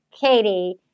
Katie